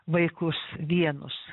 vaikus vienus